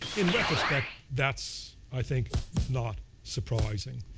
in retrospect, that's i think not surprising,